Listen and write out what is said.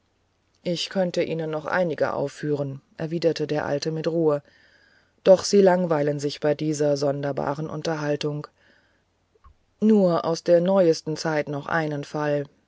ich könnte ihnen noch einige aufführen erwiderte der alte mit ruhe doch sie langweilen sich bei dieser sonderbaren unterhaltung nur aus der neuesten zeit noch einen fall